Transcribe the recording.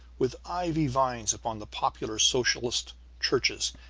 with ivy vines upon the popular socialist churches,